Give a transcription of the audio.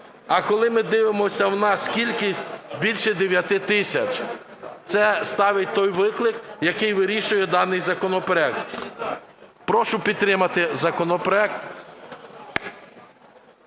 а коли ми дивимося у нас кількість – більше 9 тисяч. Це ставить той виклик, який вирішує даний законопроект. Прошу підтримати законопроект.